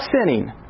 sinning